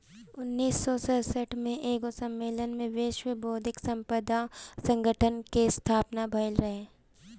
उन्नीस सौ सड़सठ में एगो सम्मलेन में विश्व बौद्धिक संपदा संगठन कअ स्थापना भइल रहे